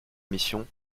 mission